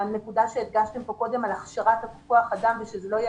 הנקודה שהדגשתם כאן על הכשרת כוח אדם ושזה לא יהיה